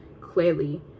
clearly